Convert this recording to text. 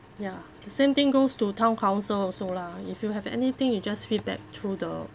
ya same thing goes to town council also lah if you have anything you just feedback through the